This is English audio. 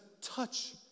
touch